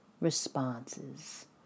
responses